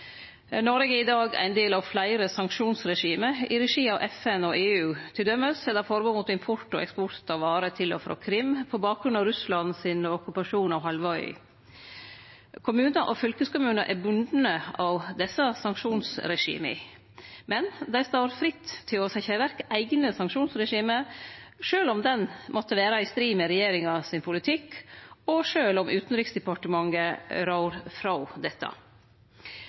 Noreg er i dag ein del av fleire sanksjonsregime i regi av FN og EU. Til dømes er det forbod mot import og eksport av varer til og frå Krim på bakgrunn av Russlands okkupasjon av halvøya. Kommunar og fylkeskommunar er bundne av desse sanksjonsregima. Men dei står fritt til å setje i verk eigne sanksjonsregime, sjølv om dei måtte vere i strid med regjeringas politikk, og sjølv om Utanriksdepartementet rår frå dette.